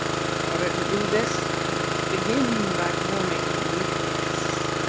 in order to do this one must begin by forming a nucleus.